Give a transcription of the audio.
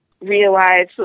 realize